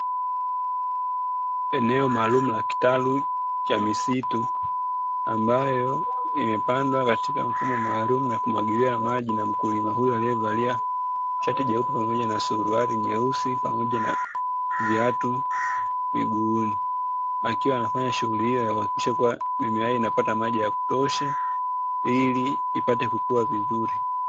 Eneo maalumu la kitalu cha misitu na ambayo imepandwa katika mfumo maalumu na kumwagiliwa maji na mkulima huyu aliyevali shati jeupe pamoja na suruali nyeusi, pamoja na viatu miguuni akiwa anafanya shughuli hiyo kuhakikisha mimea hii inapata maji ya kutosha, ili ipate kukua vizuri.